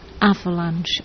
avalanche